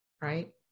right